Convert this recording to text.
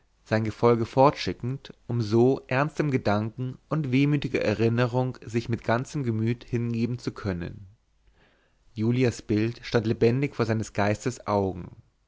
sein gefolge fortschickend um so ernstem gedanken und wehmütiger erinnerung sich mit ganzem gemüt hingeben zu können julias bild stand lebendig vor seines geistes augen